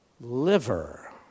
Liver